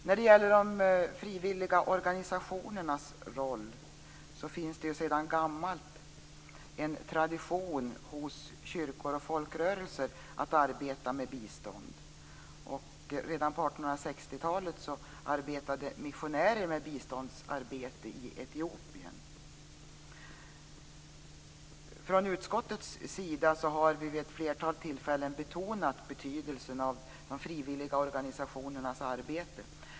När det gäller frivilligorganisationernas roll finns det sedan gammalt en tradition hos kyrkor och folkrörelser att arbeta med bistånd. Redan på 1860-talet arbetade missionärer med biståndsarbete i Etiopien. Utskottet har vid ett flertal tillfällen betonat betydelsen av frivilligorganisationernas arbete.